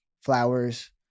flowers